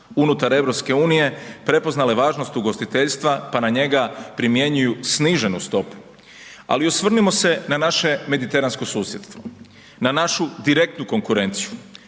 unutar EU prepoznale važnost ugostiteljstva pa na njega primjenjuju sniženu stopu. Ali, osvrnimo se na naše mediteransko susjedstvo. Na našu direktnu konkurenciju.